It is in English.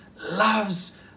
loves